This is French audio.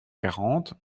quarante